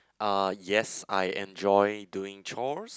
uh yes I enjoy doing chores